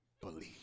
believe